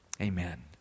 amen